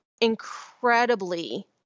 incredibly